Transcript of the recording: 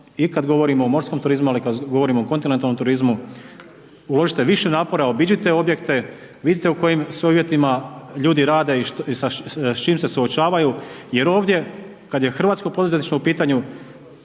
i kad govorimo o morskom turizmu, ali i kad govorimo o kontinentalnom turizmu uložite više napora obiđite objekte, vidite u kojim sve uvjetima ljudi rade i s čim se suočavaju jer ovdje kad je hrvatsko poduzetništvo u pitanju